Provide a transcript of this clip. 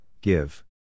give